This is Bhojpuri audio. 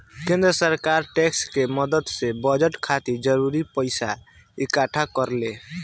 केंद्र सरकार टैक्स के मदद से बजट खातिर जरूरी पइसा इक्कठा करेले